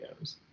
videos